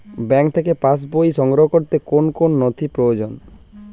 Bank থেকে pass বই সংগ্রহ করতে কোন কোন নথি প্রয়োজন?